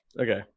Okay